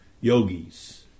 yogis